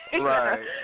Right